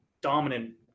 dominant